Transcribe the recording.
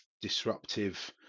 disruptive